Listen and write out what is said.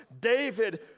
David